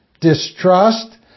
distrust